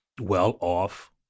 well-off